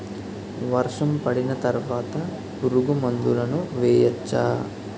వర్షం పడిన తర్వాత పురుగు మందులను వేయచ్చా?